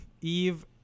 Eve